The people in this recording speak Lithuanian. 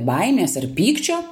baimės ar pykčio